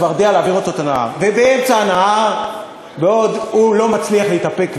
ובאמצע הנהר הוא לא מצליח להתאפק,